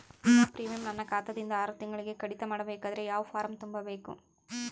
ವಿಮಾ ಪ್ರೀಮಿಯಂ ನನ್ನ ಖಾತಾ ದಿಂದ ಆರು ತಿಂಗಳಗೆ ಕಡಿತ ಮಾಡಬೇಕಾದರೆ ಯಾವ ಫಾರಂ ತುಂಬಬೇಕು?